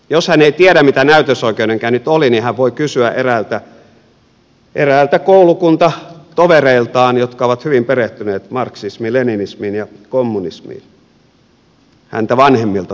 jos hän ei tiedä mitä näytösoikeudenkäynnit olivat niin hän voi kysyä eräiltä koulukuntatovereiltaan jotka ovat hyvin perehtyneet marxismiin leninismiin ja kommunismiin häntä vanhemmilta tovereilta siis